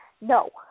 No